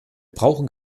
brauchen